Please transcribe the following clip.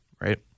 right